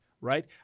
right